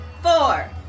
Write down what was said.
Four